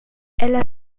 ella